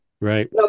right